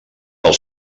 del